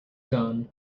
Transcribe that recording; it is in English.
gone